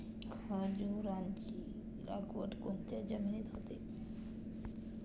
खजूराची लागवड कोणत्या जमिनीत होते?